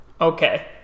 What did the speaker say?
Okay